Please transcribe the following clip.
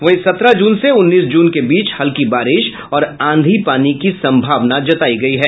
वहीं सत्रह जून से उन्नीस जून के बीच हल्की बारिश और आंधी पानी की संभावना है